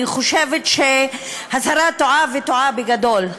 אני חושבת שהשרה טועה, וטועה בגדול,